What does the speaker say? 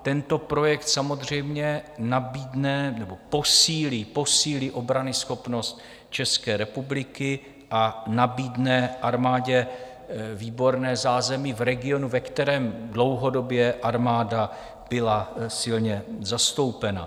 Tento projekt samozřejmě posílí obranyschopnost České republiky a nabídne armádě výborné zázemí v regionu, ve kterém dlouhodobě armáda byla silně zastoupena.